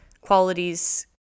qualities